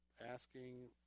asking